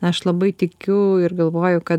aš labai tikiu ir galvoju kad